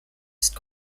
ist